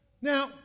Now